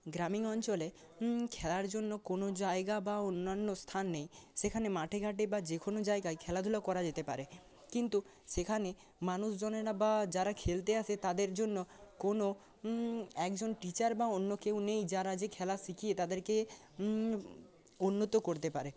গ্রামীণ অঞ্চলে খেলার জন্য কোনো জায়গা বা অন্যান্য স্থান নেই সেখানে মাঠে ঘাটে বা যেকোনো জায়গায় খেলাধুলা করা যেতে পারে কিন্তু সেখানে মানুষজনেরা বা যারা খেলতে আসে তাদের জন্য কোনো একজন টিচার বা অন্য কেউ নেই যারা যে খেলা শিখিয়ে তাঁদেরকে উন্নত করতে পারে